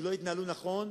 שלא יתנהלו נכון,